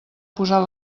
posar